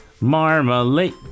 Marmalade